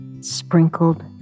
sprinkled